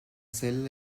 cell